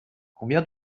combien